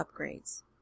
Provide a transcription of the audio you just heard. upgrades